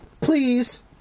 Please